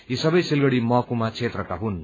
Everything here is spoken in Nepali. यी सबै सिलगढ़ी महकुमा क्षेत्रका हुन्